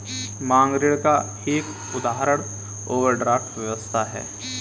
मांग ऋण का एक उदाहरण ओवरड्राफ्ट व्यवस्था है